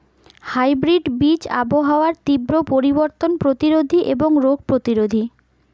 hybrid বীজ আবহাওয়ার তীব্র পরিবর্তন প্রতিরোধী এবং রোগ প্রতিরোধী